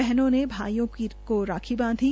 बहनों ने भाईयों को राखी बांधी